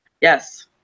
yes